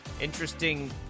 Interesting